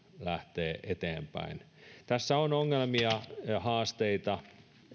lähtee eteenpäin tässä on ongelmia ja haasteita